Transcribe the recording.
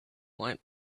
white